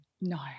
No